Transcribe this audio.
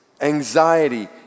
anxiety